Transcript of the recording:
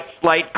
slight